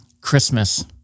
Christmas